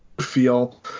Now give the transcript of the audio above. feel